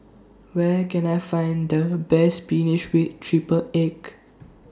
Where Can I Find The Best Spinach with Triple Egg